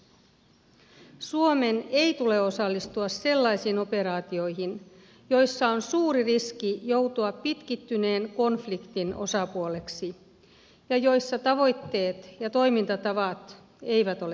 suomen ei tule osallistua sellaisiin operaatioihin joissa on suuri riski joutua pitkittyneen konfliktin osapuoleksi ja joissa tavoitteet ja toimintatavat eivät ole selvät